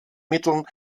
mitteln